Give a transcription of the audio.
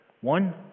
One